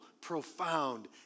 profound